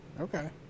okay